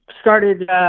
started